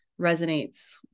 resonates